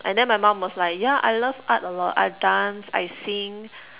and then my mum was like yeah I love art a lot I dance I sing